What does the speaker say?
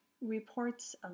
reports